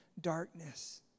darkness